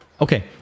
Okay